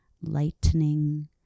lightening